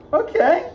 okay